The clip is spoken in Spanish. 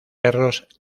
perros